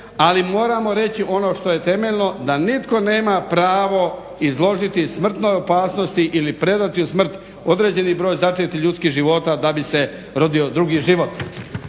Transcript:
ali moramo reći ono što je temeljno da nitko nema pravo izložiti smrtnoj opasnosti ili predati u smrt određeni broj začetih ljudskih života da bi se rodio drugi život.